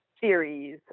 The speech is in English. series